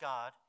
God